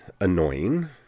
annoying